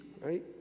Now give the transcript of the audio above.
right